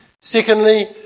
Secondly